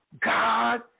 God